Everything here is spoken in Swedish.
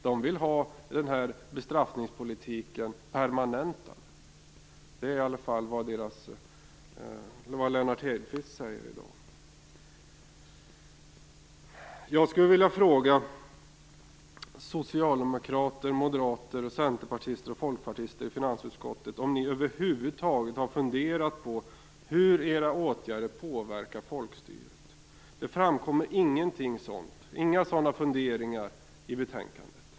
De vill ha den här bestraffningspolitiken permanentad; det är i alla fall vad Lennart Hedquist säger i dag. Jag skulle vilja fråga socialdemokraterna, moderaterna, centerpartisterna och folkpartisterna i finansutskottet om ni över huvud taget har funderat på hur era åtgärder påverkar folkstyret. Det framkommer inga sådana funderingar i betänkandet.